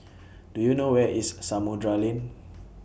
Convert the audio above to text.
Do YOU know Where IS Samudera Lane